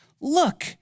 look